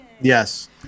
Yes